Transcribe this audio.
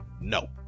no